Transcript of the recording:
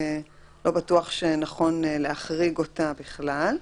לא בטוח שנכון להחריג אותה בכלל.